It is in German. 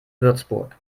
würzburg